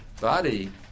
body